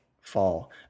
fall